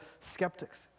skeptics